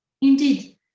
Indeed